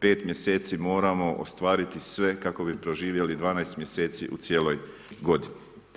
5 mjeseci moramo ostvariti sve kako bi proživjeli 12 mjeseci u cijeloj godini.